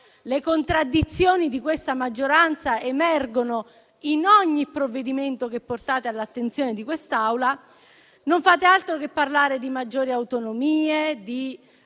le contraddizioni di questa maggioranza emergono in ogni provvedimento che portate all'attenzione di quest'Aula - non fanno altro che parlare di maggiore autonomia, di